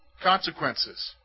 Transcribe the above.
consequences